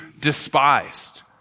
despised